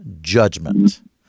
judgment